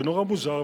זה נורא מוזר,